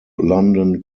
london